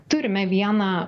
turime vieną